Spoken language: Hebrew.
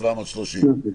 ל-730 שקלים.